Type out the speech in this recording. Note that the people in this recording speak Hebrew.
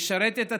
ולשרת את הציבור,